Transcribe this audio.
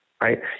right